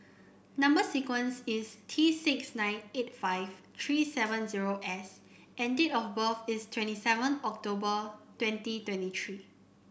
number sequence is T six nine eight five three seven S and date of birth is twenty seven October twenty twenty three